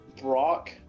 Brock